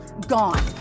gone